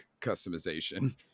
customization